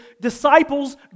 disciples